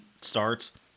starts